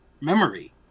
memory